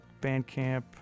Bandcamp